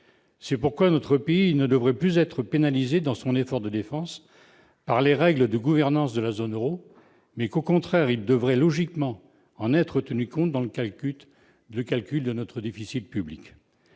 C'est pourquoi notre pays ne devrait plus être pénalisé dans son effort en matière de défense par les règles de gouvernance de la zone euro. Au contraire, il devrait logiquement en être tenu compte dans le calcul de notre déficit public.